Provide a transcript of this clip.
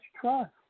Trust